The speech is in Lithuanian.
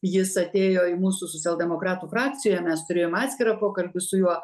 jis atėjo į mūsų socialdemokratų frakciją mes turėjom atskirą pokalbį su juo